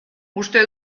uste